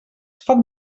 foc